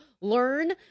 learn